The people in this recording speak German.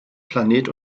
planet